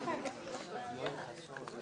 בשעה 10:49.